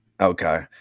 okay